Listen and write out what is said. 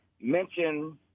mention